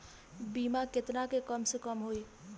बीमा केतना के कम से कम होई?